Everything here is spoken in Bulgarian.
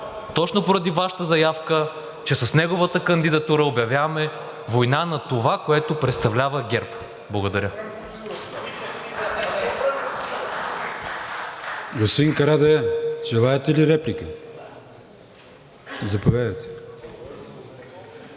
точно поради Вашата заявка, че с неговата кандидатура обявяваме война на това, което представлява ГЕРБ. Благодаря.